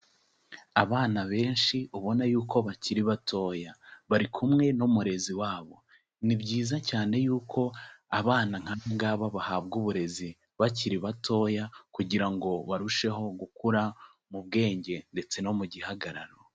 Abana benshi ubona y'uko bakiri batoya, bari kumwe n'umurezi wabo, ni byiza cyane y'uko abana nk'aba ngaba bahabwa uburezi bakiri batoya kugira ngo barusheho gukura mu bwenge ndetse no mu gihagararo.